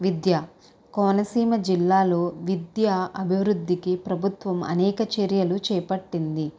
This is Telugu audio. విద్య కోనసీమ జిల్లాలో విద్య అభివృద్ధికి ప్రభుత్వం అనేక చర్యలు చేపట్టింది